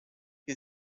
que